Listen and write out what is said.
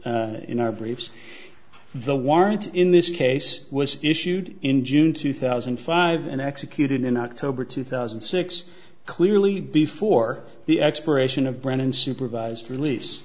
in our briefs the warrant in this case was issued in june two thousand and five and executed in october two thousand and six clearly before the expiration of brennan supervised release